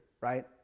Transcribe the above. right